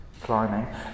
Climbing